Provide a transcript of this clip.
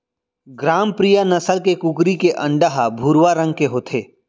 ग्रामप्रिया नसल के कुकरी के अंडा ह भुरवा रंग के होथे